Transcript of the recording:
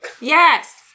Yes